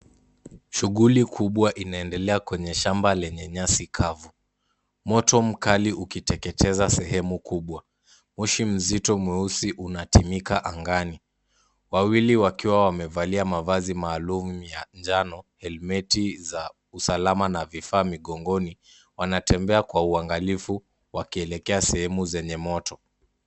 Shughuli kubwa inaendelea kwenye shamba lenye nyasi kavu. Moto mkali ukiteketeza sehemu kubwa. Moshi mzito, mweusi unatimika angani. Wawili wakiwa wamevalia mavazi maalumu ya njano, helmeti za usalama, na vifaa migongoni, wanatembea kwa uangalifu, wakielekea sehemu zenye moto.